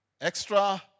Extra